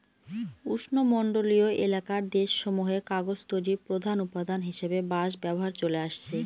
উষ্ণমন্ডলীয় এলাকার দেশসমূহে কাগজ তৈরির প্রধান উপাদান হিসাবে বাঁশ ব্যবহার চলে আসছে